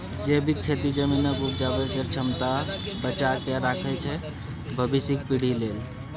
जैबिक खेती जमीनक उपजाबै केर क्षमता बचा कए राखय छै भबिसक पीढ़ी लेल